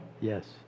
Yes